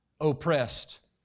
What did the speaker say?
oppressed